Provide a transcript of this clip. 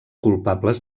culpables